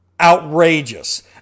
outrageous